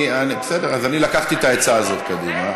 בסדר, אז אני לקחתי את העצה הזו קדימה.